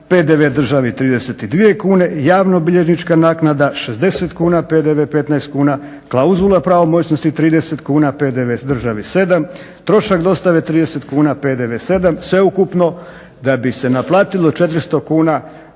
PDV državi 32 kune i javno bilježnička naknada 60 kuna, PDV 15 kuna, klauzula pravomoćnosti 30 kuna, PDV državi 7, trošak dostave 30 kuna, PDV 7, sveukupno da bi se naplatilo 400 kuna